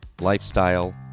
lifestyle